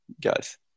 guys